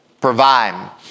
provide